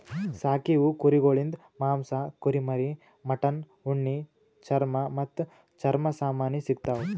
ಸಾಕೀವು ಕುರಿಗೊಳಿಂದ್ ಮಾಂಸ, ಕುರಿಮರಿ, ಮಟನ್, ಉಣ್ಣಿ, ಚರ್ಮ ಮತ್ತ್ ಚರ್ಮ ಸಾಮಾನಿ ಸಿಗತಾವ್